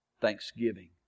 Thanksgiving